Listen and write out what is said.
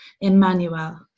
Emmanuel